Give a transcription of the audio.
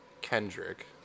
Kendrick